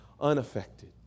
unaffected